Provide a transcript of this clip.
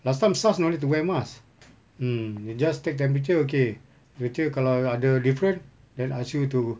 last time SARS no need to wear mask mm they just take temperature okay kalau ada different then ask you to